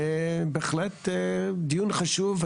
ובהחלט דיון חשוב.